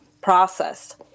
process